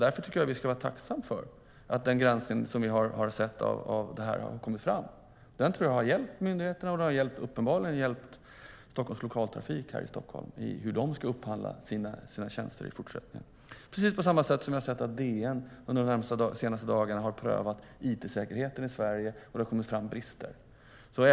Därför tycker jag att vi ska vara tacksamma för att den granskning som vi har sett i detta sammanhang har kommit fram. Den tror jag har hjälpt myndigheterna, och den har uppenbarligen hjälpt Storstockholms Lokaltrafik här i Stockholm när det gäller hur de ska upphandla sina tjänster i fortsättningen. På samma sätt har vi sett att DN under de senaste dagarna har prövat it-säkerheten i Sverige och att det har framkommit brister.